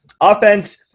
Offense